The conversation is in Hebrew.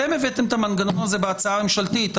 אתם הבאתם את המנגנון הזה בהצעה הממשלתית.